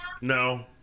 No